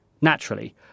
naturally